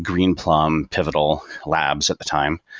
greenplum, pivotal labs at the time,